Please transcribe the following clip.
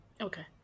Okay